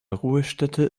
ruhestätte